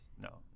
no